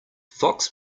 fox